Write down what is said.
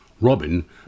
Robin